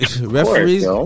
Referees